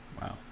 wow